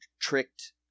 tricked